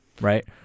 right